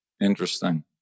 Interesting